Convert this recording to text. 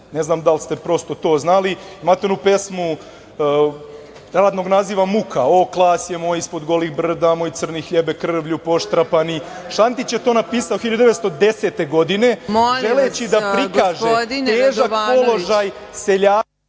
Ne znam da li ste prosto to znali. Imate onu pesmu radnog naziva „Muka“: „O klasje moje ispod golih brda, moj crni hljebe krvlju poštrapani“, Šantić je to napisao 1910. godine, želeći da prikaže težak položaj seljaka…